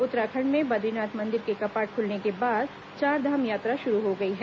उत्तराखंड में ब द्वीनाथ मंदिर के कपाट खुलने के बाद चार धाम यात्रा शुरू हो गई है